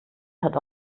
hat